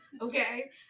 Okay